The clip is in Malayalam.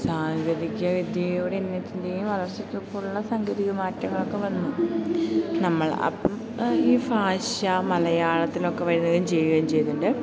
സാങ്കേതിക വിദ്യയുടെയും എന്നതിന്റെയും വളർച്ചക്കൊപ്പം ഉള്ള സാങ്കേതിക മാറ്റങ്ങളൊക്കെ വന്നു നമ്മള് അപ്പം ഈ ഭാഷ മലയാളത്തിലൊക്കെ വരികയും ചെയ്യുകയും ചെയ്യുന്നുണ്ട്